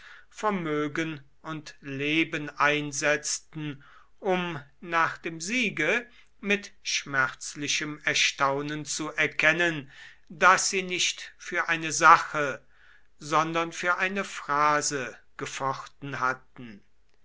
vermögen und leben einsetzten um nach dem siege mit schmerzlichem erstaunen zu erkennen daß sie nicht für eine sache sondern für eine phrase gefochten hatten